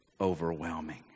overwhelming